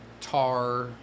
tar